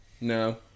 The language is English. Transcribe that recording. No